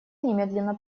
немедленно